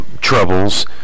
troubles